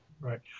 Right